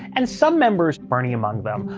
and some members, bernie among them,